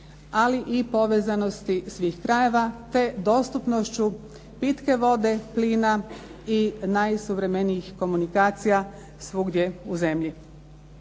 ali i povezanosti svih krajeva te dostupnošću pitke vode, plina i najsuvremenijih komunikacija svugdje u zemlji.